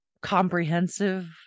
comprehensive